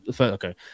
okay